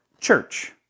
church